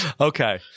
Okay